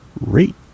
Right